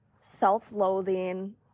self-loathing